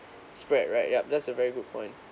spread right yup just a very good point